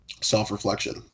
self-reflection